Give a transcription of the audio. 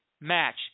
match